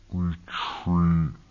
retreat